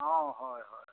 অঁ হয় হয়